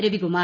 Ravikumar